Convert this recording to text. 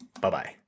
Bye-bye